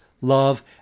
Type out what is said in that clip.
love